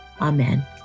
amen